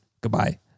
goodbye